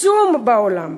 עצום בעולם?